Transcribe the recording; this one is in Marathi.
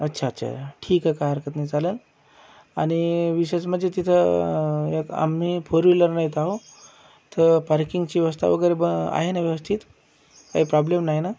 अच्छा अच्छा ठीक आहे काय हरकत नाही चालेल आणि विशेष म्हणजे तिथं एक आम्ही फोर व्हीलर नेहत आहो तर पार्किंगची व्यवस्था वगैरे ब आहे ना व्यवस्थित काही प्रॉब्लेम नाही ना